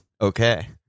Okay